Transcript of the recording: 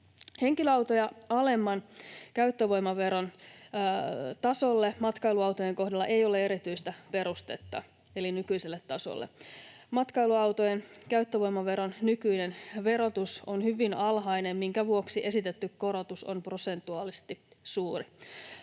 Henkilöautoja alemman käyttövoimaveron tasolle matkailuautojen kohdalla ei ole erityistä perustetta — eli nykyiselle tasolle. Matkailuautojen käyttövoimaveron nykyinen verotus on hyvin alhainen, minkä vuoksi esitetty korotus on prosentuaalisesti suuri.